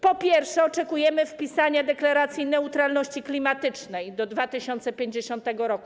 Po pierwsze, oczekujemy wpisania deklaracji neutralności klimatycznej do 2050 r.